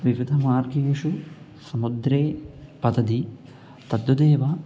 विविधमार्गेषु समुद्रे पतति तद्वदेव